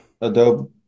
adobe